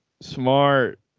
smart